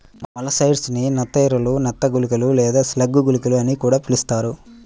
molluscicides ని నత్త ఎరలు, నత్త గుళికలు లేదా స్లగ్ గుళికలు అని కూడా పిలుస్తారు